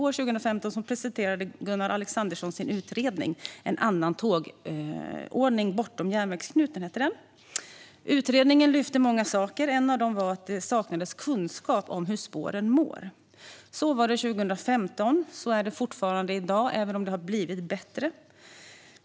År 2015 presenterade Gunnar Alexandersson sin utredning En annan tågordning - bortom järnvägsknuten . Utredningen lyfte många saker. En av dem var att det saknades kunskap om hur spåren mår. Så var det 2015 och så är det fortfarande i dag, även om det har blivit bättre.